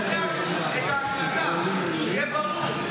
בוא ננסח את ההחלטה, שיהיה ברור.